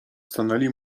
stanęli